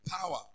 power